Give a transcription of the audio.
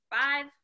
five